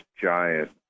giant